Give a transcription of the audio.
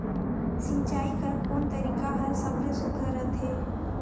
सिंचाई कर कोन तरीका हर सबले सुघ्घर रथे?